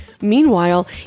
Meanwhile